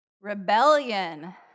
Rebellion